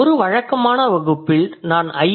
ஒரு வழக்கமான வகுப்பில் நான் ஐ